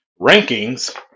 rankings